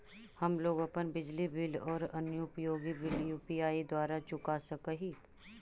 हम लोग अपन बिजली बिल और अन्य उपयोगि बिल यू.पी.आई द्वारा चुका सक ही